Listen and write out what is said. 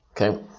Okay